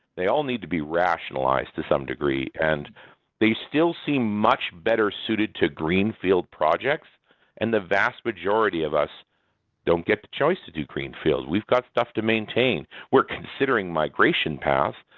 they all need to be rationalized to some degree, and they still seem much better suited to greenfield projects and the vast majority of us don't get the choice to do greenfield. we've got stuff to maintain. we're considering migration paths,